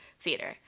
theater